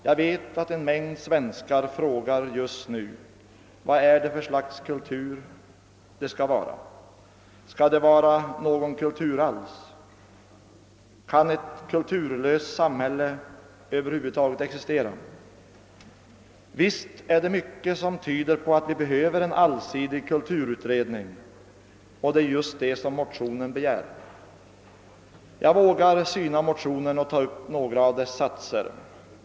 Jag vet att en mängd svenskar just nu frågar vad för slags kultur det skall vara. Skall det vara någon kultur alls? Kan ett kulturlöst samhälle över huvud taget existera? Visst är det mycket som tyder på att vi behöver en allsidig kulturutredning, och det är just det som motionen begär. Jag vågar syna motionen och ta upp några av dess satser.